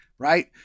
right